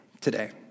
today